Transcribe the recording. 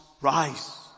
rise